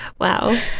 wow